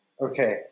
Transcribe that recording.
Okay